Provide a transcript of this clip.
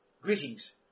Greetings